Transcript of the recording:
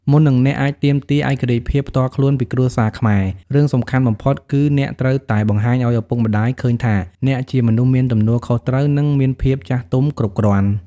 មុននឹងអ្នកអាចទាមទារ ឯករាជ្យភាពផ្ទាល់ខ្លួន ពីគ្រួសារខ្មែរ រឿងសំខាន់បំផុតគឺអ្នកត្រូវតែ បង្ហាញឲ្យឪពុកម្ដាយឃើញថាអ្នកជាមនុស្សមានទំនួលខុសត្រូវ និងមានភាពចាស់ទុំគ្រប់គ្រាន់។